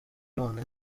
none